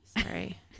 Sorry